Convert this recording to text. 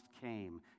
came